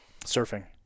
surfing